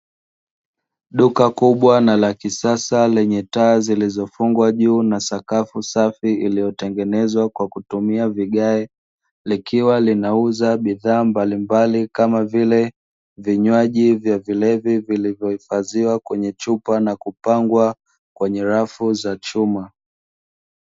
Duka kubwa na la kisasa, lenye taa zilizofungwa juu na sakafu safi iliyotengenezwa kwa kutumia vigae, likiwa linauza bidhaa mbalimbali kama vile; vinywaji vya vilevi vilivyohifadhiwa kwenye chupa na kupangwa kwenye rafu za chuma.